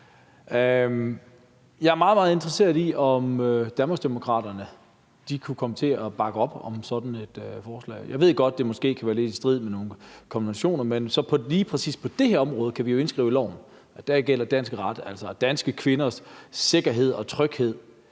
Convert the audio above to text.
meget, meget interesseret i, om Danmarksdemokraterne kunne komme til at bakke op om sådan et forslag. Jeg ved godt, det måske kan være lidt i strid med nogle konventioner, men lige præcis på det her område kan vi jo indskrive i loven, at der gælder dansk ret altså. Danske kvinders sikkerhed og tryghed